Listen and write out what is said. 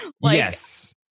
Yes